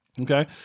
Okay